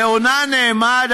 והונה נאמד,